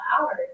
hours